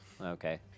Okay